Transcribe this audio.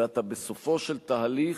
ואתה בסופו של התהליך